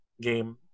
game